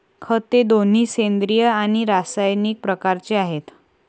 खते दोन्ही सेंद्रिय आणि रासायनिक प्रकारचे आहेत